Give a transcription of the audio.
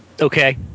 okay